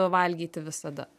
valgyti visada